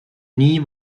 nie